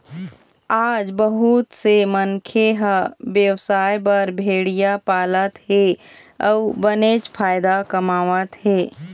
आज बहुत से मनखे ह बेवसाय बर भेड़िया पालत हे अउ बनेच फायदा कमावत हे